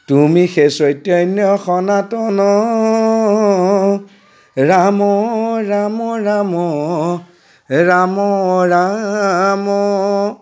তুমি সেই চৈতন্য সনাতন ৰাম ৰাম ৰাম ৰাম ৰাম